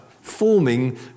forming